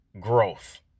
growth